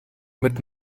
mit